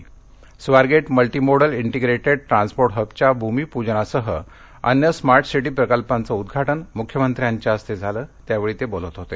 Swargate multimodal integrated transport हबच्या भूमीपूजनासह अन्य स्मार्ट सिटी प्रकल्पांचं उद्घाटन मुख्यमंत्र्यांच्या हस्ते झाले त्यावेळी ते बोलत होते